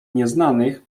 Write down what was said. nieznanych